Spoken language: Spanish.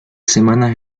semanas